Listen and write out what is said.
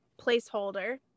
placeholder